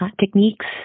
Techniques